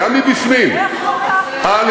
וגם מבפנים, איך כל כך, איך כל כך, איך זה קרה?